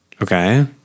Okay